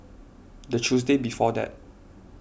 the Tuesday before that